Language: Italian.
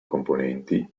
componenti